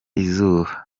izuba